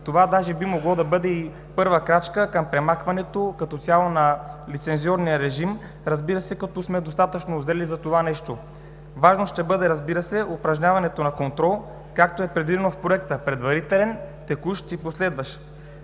Това даже би могло да бъде и първа крачка към премахването като цяло на лицензионния режим, разбира се, като сме достатъчно узрели за това нещо. Важно ще бъде, разбира се, упражняването на контрол, както е предвидено в Проекта – предварителен, текущ и последващ.